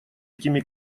этими